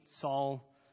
Saul